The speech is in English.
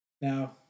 Now